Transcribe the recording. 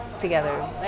together